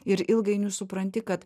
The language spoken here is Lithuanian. ir ilgainiui supranti kad